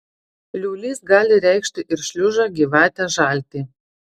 liūlys gali reikšti ir šliužą gyvatę žaltį